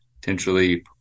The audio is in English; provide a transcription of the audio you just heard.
potentially